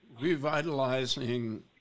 revitalizing